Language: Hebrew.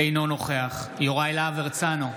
אינו נוכח יוראי להב הרצנו,